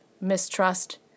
mistrust